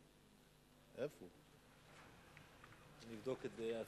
אני אבדוק את זה.